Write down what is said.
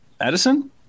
Edison